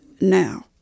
now